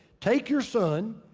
take your son,